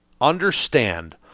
understand